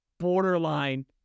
Borderline